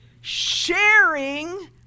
Sharing